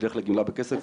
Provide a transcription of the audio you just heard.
ילך לגמלה בכסף,